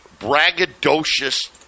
braggadocious